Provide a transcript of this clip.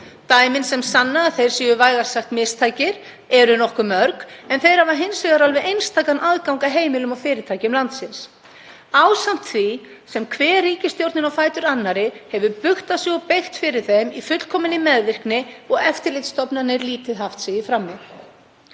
Dæmin sem sanna að þeir séu vægast sagt mistækir eru nokkuð mörg, en þeir hafa hins vegar alveg einstakan aðgang að heimilum og fyrirtækjum landsins, ásamt því sem hver ríkisstjórnin á fætur annarri hefur bugtað sig og beygt fyrir þeim í fullkominni meðvirkni og eftirlitsstofnanir lítið haft sig í frammi.